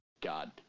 God